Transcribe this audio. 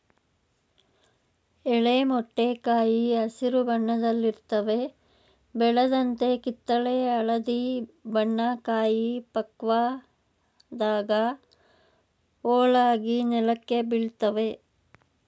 ಎಳೆ ಮೊಟ್ಟೆ ಕಾಯಿ ಹಸಿರು ಬಣ್ಣದಲ್ಲಿರುತ್ವೆ ಬೆಳೆದಂತೆ ಕಿತ್ತಳೆ ಹಳದಿ ಬಣ್ಣ ಕಾಯಿ ಪಕ್ವವಾದಾಗ ಹೋಳಾಗಿ ನೆಲಕ್ಕೆ ಬೀಳ್ತವೆ